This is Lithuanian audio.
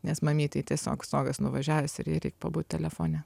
nes mamytei tiesiog stogas nuvažiavęs ir jai reik pabūt telefone